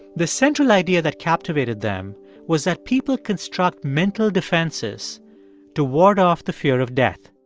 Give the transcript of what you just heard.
the central idea that captivated them was that people construct mental defenses to ward off the fear of death.